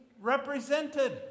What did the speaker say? represented